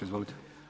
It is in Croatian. Izvolite.